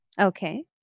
Okay